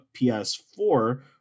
PS4